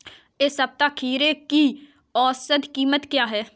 इस सप्ताह खीरे की औसत कीमत क्या है?